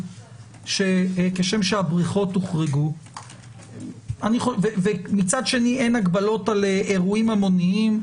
כשם שהבריכות הוחרגו ומצד שני אין הגבלות על אירועים המוניים,